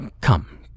Come